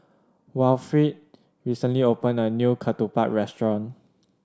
Wilfrid recently opened a new ketupat restaurant